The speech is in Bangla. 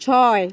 ছয়